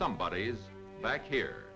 somebody is back here